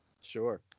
Sure